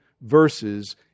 verses